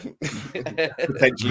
potentially